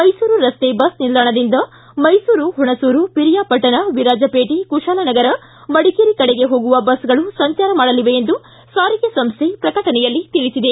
ಮೈಸೂರು ರಸ್ತೆ ಬಸ್ ನಿಲ್ದಾಣದಿಂದ ಮೈಸೂರು ಪಿರಿಯಾಪಟ್ಟಣ ವಿರಾಜಪೇಟೆ ಕುಶಾಲನಗರ ಮಡಿಕೇರಿ ಕಡೆಗೆ ಹೋಗುವ ಬಸ್ಗಳು ಸಂಚಾರ ಮಾಡಲಿವೆ ಎಂದು ಸಾರಿಗೆ ಸಂಸ್ವೆ ಪ್ರಕಟಣೆಯಲ್ಲಿ ತಿಳಿಸಿದೆ